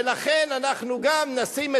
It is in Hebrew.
ולכן אנחנו גם נשים,